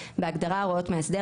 בהגדרה "הוראות מאסדר",